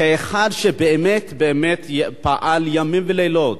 וכאחד שבאמת פעל ימים ולילות,